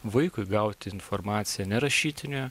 vaikui gauti informaciją ne rašytinę